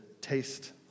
taste